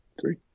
three